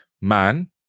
man